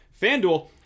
FanDuel